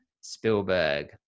spielberg